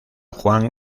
juan